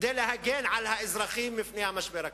כדי להגן על האזרחים מפני המשבר הכלכלי.